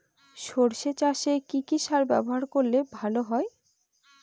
সর্ষে চাসে কি কি সার ব্যবহার করলে ভালো হয়?